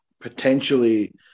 potentially